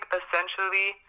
essentially